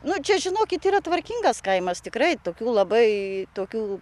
nu čia žinokit yra tvarkingas kaimas tikrai tokių labai tokių